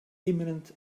imminent